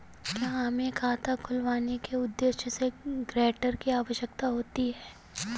क्या हमें खाता खुलवाने के उद्देश्य से गैरेंटर की आवश्यकता होती है?